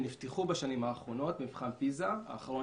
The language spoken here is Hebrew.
ונפתחו בשנים האחרונות במבחן פיז"ה האחרון